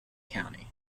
county